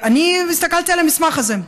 הסתכלתי על המסמך הזה.